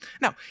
Now